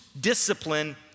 discipline